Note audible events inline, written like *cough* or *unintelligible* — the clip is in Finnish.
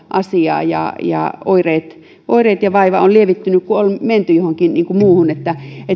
*unintelligible* asiaa ja ja oireet oireet ja vaiva ovat lievittyneet kun on menty johonkin muuhun